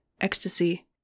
ecstasy